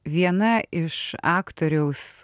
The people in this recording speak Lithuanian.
viena iš aktoriaus